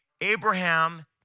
Abraham